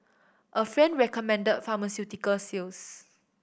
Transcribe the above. a friend recommended pharmaceutical sales